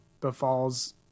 befalls